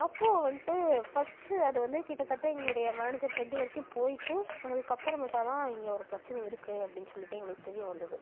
அப்போது வந்துட்டு ஃபர்ஸ்ட் அது வந்து கிட்டத்தட்ட எங்களுடைய மேனேஜர் ஹெட் வரைக்கும் போயிட்டு அதுக்கப்புறம் மேட்டா தான் இங்கே ஒரு பிரச்சினை இருக்குது அப்படின்னு சொல்லிட்டு எங்களுக்கு தெரிய வந்தது